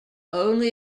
only